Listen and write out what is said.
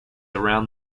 around